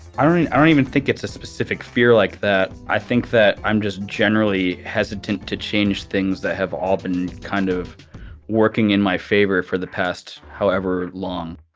i ah don't even think it's a specific fear like that. i think that i'm just generally hesitant to change things that have all been kind of working in my favor for the past, however long